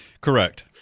Correct